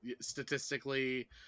statistically